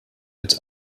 als